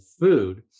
food